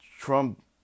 Trump